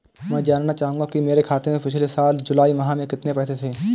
मैं जानना चाहूंगा कि मेरे खाते में पिछले साल जुलाई माह में कितने पैसे थे?